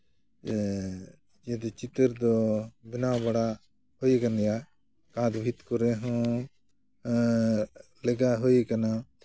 ᱡᱩᱫᱤ ᱪᱤᱛᱟᱹᱨ ᱫᱚ ᱵᱮᱱᱟᱣ ᱵᱟᱲᱟ ᱦᱩᱭ ᱟᱠᱟᱱ ᱜᱮᱭᱟ ᱠᱟᱸᱛ ᱵᱷᱤᱛ ᱠᱚᱨᱮ ᱦᱚᱸ ᱞᱮᱜᱟ ᱦᱩᱭ ᱠᱟᱱᱟ